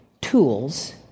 tools